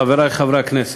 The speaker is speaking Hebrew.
חברי חברי הכנסת,